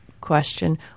question